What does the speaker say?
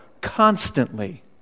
constantly